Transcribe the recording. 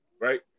right